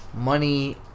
money